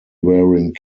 wearing